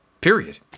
Period